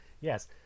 yes